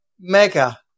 mega